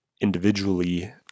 individually